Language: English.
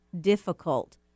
difficult